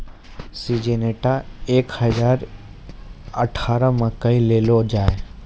Syngenta एक हजार अठारह मकई लगैलो जाय?